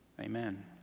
Amen